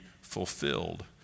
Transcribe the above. fulfilled